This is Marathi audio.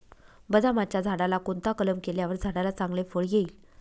बदामाच्या झाडाला कोणता कलम केल्यावर झाडाला चांगले फळ येईल?